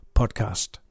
podcast